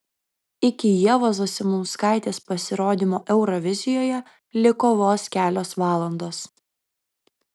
iki ievos zasimauskaitės pasirodymo eurovizijoje liko vos kelios valandos